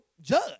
judge